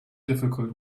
difficult